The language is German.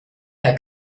herr